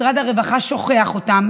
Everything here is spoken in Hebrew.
משרד הרווחה שוכח אותם